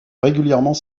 régulièrement